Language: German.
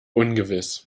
ungewiss